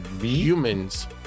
Humans